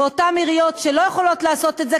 ואותן עיריות שלא יכולות לעשות את זה,